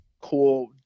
cool